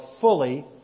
fully